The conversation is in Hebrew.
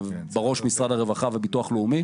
בראש משרד הרווחה והביטוח הלאומי.